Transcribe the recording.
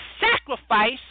sacrifice